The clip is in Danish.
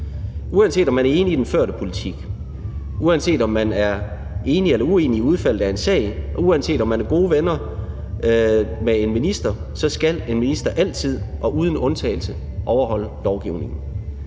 Uanset om man er enig i den førte politik, uanset om man er enig eller uenig i udfaldet af en sag, og uanset om man er gode venner med en minister, så skal en minister altid og uden undtagelse overholde lovgivningen.